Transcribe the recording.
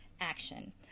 action